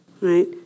right